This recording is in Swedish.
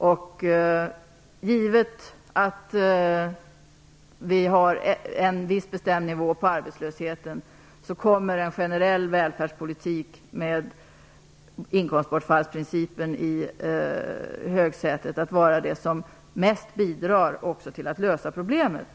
Under förutsättning att vi har en viss bestämd nivå på arbetslösheten kommer en generell välfärdspolitik med inkomstbortfallsprincipen i högsätet att vara det som mest bidrar till att lösa problemet.